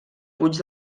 puig